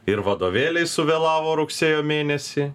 ir vadovėliai suvėlavo rugsėjo mėnesį